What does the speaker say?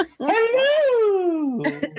Hello